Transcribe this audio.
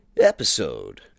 episode